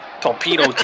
Torpedo